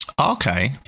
Okay